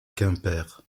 quimper